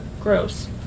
gross